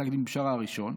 בפסק דין בשארה הראשון,